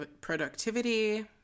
productivity